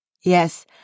Yes